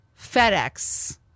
FedEx